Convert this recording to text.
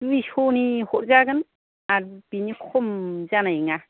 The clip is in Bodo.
दुइस'नि हरजागोन आरो बिनि खम जानाय नङा